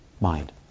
Mind